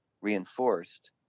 reinforced